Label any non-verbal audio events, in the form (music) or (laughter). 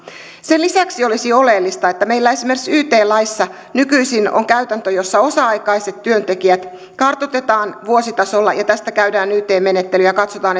sen lisäksi olisi oleellista meillä esimerkiksi yt laissa nykyisin on käytäntö jossa osa aikaiset työntekijät kartoitetaan vuositasolla ja tästä käydään yt menettely ja katsotaan (unintelligible)